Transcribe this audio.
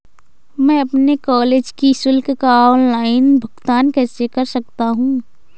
मैं अपने कॉलेज की शुल्क का ऑनलाइन भुगतान कैसे कर सकता हूँ?